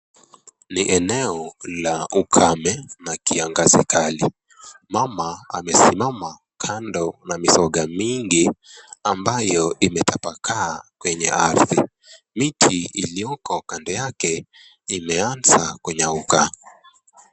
Ni eneo la ukame na kiangazi kali. Mama amesimama kando na misokaa mingi ambayo imetapakaa kwenye ardhi. Miti iliyoko kando yake imeanza kunyauka.